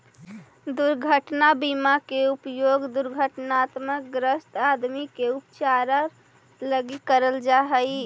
दुर्घटना बीमा के उपयोग दुर्घटनाग्रस्त आदमी के उपचार लगी करल जा हई